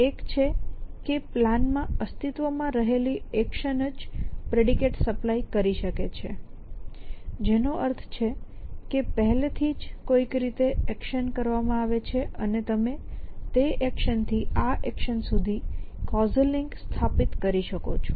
એક તે છે કે પ્લાનમાં અસ્તિત્વમાં રહેલી એક્શન જ પ્રેડિકેટ સપ્લાય કરી શકે છે જેનો અર્થ છે કે પહેલેથી જ કોઈક રીતે એક્શન કરવામાં આવે છે અને તમે તે એક્શન થી આ એક્શન સુધી કૉઝલ લિંક સ્થાપિત કરી શકો છો